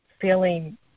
feeling